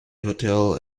hotel